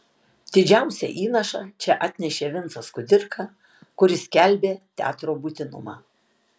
didžiausią įnašą čia atnešė vincas kudirka kuris skelbė teatro būtinumą